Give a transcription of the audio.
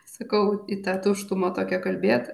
sakau į tą tuštumą tokia kalbėti